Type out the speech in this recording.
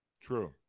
True